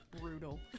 Brutal